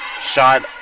shot